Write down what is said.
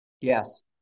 Yes